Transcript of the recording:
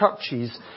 churches